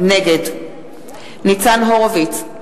נגד ניצן הורוביץ,